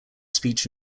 speech